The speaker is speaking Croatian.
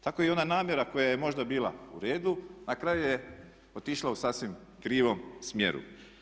Tako i ona namjera koja je možda bila u redu na kraju je otišla u sasvim krivom smjeru.